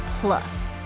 Plus